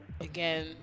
again